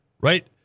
Right